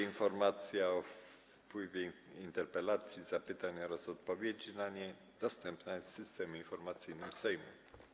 Informacja o wpływie interpelacji, zapytań oraz odpowiedzi na nie dostępna jest w Systemie Informacyjnym Sejmu.